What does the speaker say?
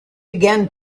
began